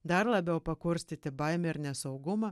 dar labiau pakurstyti baimę ir nesaugumą